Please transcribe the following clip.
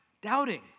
Doubting